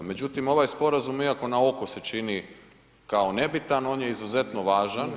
Međutim, ovaj sporazum iako na oko se čini kao nebitan, on je izuzetno važan.